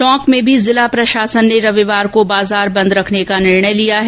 टोंक में भी जिला प्रशासन ने रविवार को बाजार बंद रखने का निर्णय लिया है